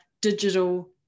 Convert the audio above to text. digital